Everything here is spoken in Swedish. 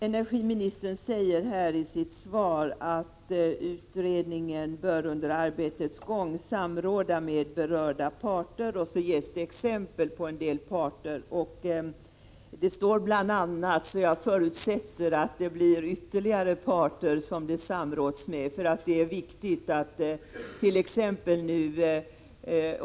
Energiministern säger i sitt svar att utredningen under arbetets gång bör samråda med berörda parter, och sedan ges exempel på en del sådana parter. Jag förutsätter att det blir ytterligare parter som man samråder med.